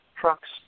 trucks